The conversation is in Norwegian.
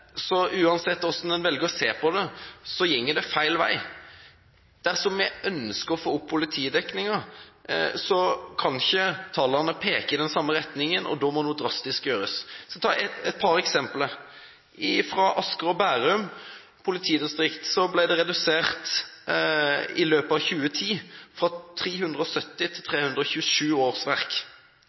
uansett hvordan en velger å se på det, går det feil vei. Dersom vi ønsker å få opp politidekningen, kan ikke tallene peke i den samme retningen, og da må noe drastisk gjøres. Jeg kan ta et par eksempler. I Asker og Bærum politidistrikt reduserte man i løpet av 2010 fra 370 til 327 årsverk.